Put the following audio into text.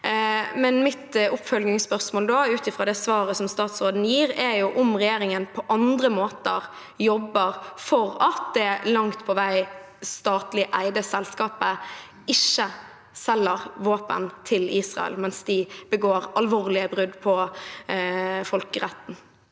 Mitt oppfølgingsspørsmål da, ut fra det svaret som statsråden gir, er om regjeringen på andre måter jobber for at det langt på vei statlig eide selskapet ikke selger våpen til Israel mens de begår alvorlige brudd på folkeretten.